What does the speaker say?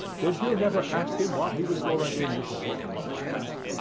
did you never ask him what he was going in for? i asked.